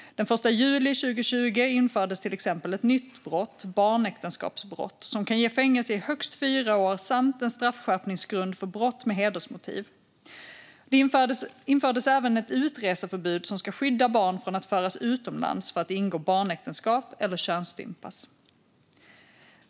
Den 1 juli 2020 infördes till exempel ett nytt brott, barnäktenskapsbrott, som kan ge fängelse i högst fyra år samt en straffskärpningsgrund för brott med hedersmotiv. Det infördes även ett utreseförbud som ska skydda barn från att föras utomlands för att ingå barnäktenskap eller könsstympas.